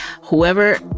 whoever